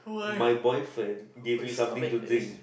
my boyfriend gave me something to drink